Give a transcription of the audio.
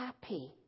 happy